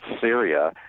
Syria –